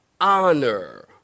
honor